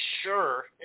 sure